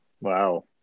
Wow